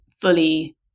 fully